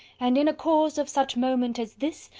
and in a cause of such moment as this,